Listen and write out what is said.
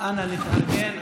נא להתארגן.